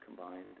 combined